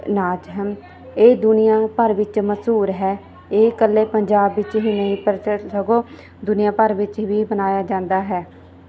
ਨਾਚ ਹੈ ਇਹ ਦੁਨੀਆਂ ਭਰ ਵਿੱਚ ਮਸ਼ਹੂਰ ਹੈ ਇਹ ਇਕੱਲੇ ਪੰਜਾਬ ਵਿੱਚ ਹੀ ਨਹੀਂ ਪ੍ਰਚਲਿਤ ਸਗੋਂ ਦੁਨੀਆਂ ਭਰ ਵਿੱਚ ਵੀ ਮਨਾਇਆ ਜਾਂਦਾ ਹੈ